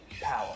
power